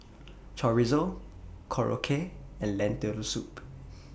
Chorizo Korokke and Lentil Soup